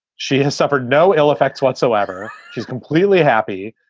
she has suffered no ill effects whatsoever. she's completely happy.